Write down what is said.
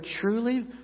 truly